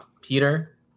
Peter